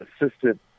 assistant